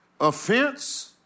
offense